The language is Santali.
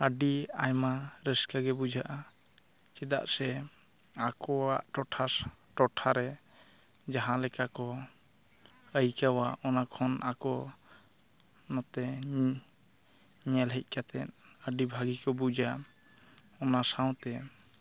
ᱟᱹᱰᱤ ᱟᱭᱢᱟ ᱨᱟᱹᱥᱠᱟᱹᱜᱮ ᱵᱩᱡᱷᱟᱹᱜᱼᱟ ᱪᱮᱫᱟᱜ ᱥᱮ ᱟᱠᱚᱣᱟᱜ ᱴᱚᱴᱷᱟ ᱴᱚᱴᱷᱟ ᱨᱮ ᱡᱟᱦᱟᱞᱮᱠᱟ ᱠᱚ ᱟᱹᱭᱠᱟᱹᱣᱟ ᱚᱱᱟ ᱠᱷᱚᱱ ᱟᱠᱚ ᱱᱚᱛᱮ ᱧᱮ ᱧᱮᱞ ᱦᱮᱡ ᱠᱟᱛᱮ ᱟᱹᱰᱤ ᱵᱷᱟᱜᱮ ᱠᱚ ᱵᱩᱡᱟ ᱚᱱᱟ ᱥᱟᱶᱛᱮ